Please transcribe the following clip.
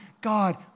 God